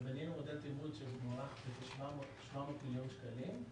בנינו מודל תמרוץ של 700 מיליון שקלים.